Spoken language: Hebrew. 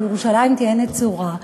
שירושלים תהיה נצורה,